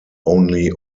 only